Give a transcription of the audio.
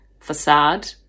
facade